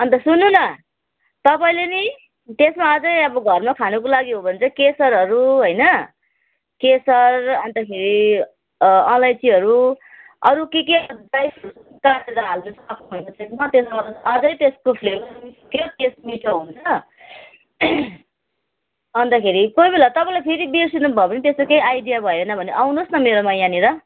अनि त सुन्नू न तपाईँले नि त्यसमा अझै अब घरमा खानुको लागि हो भने चाहिँ केसरहरू होइन केसर अनि त खेरि अलैँचीहरू अरू के के अझै त्यसको फ्लेभर मिठो हुन्छ अनि त खेरि कोहीबेला तपाईँलाई फेरि बिर्सिनुभयो भने त्यस्तो केही आइडिया भएन भने आउनुहोस् न मेरोमा यहाँनिर